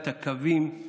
את הקווים,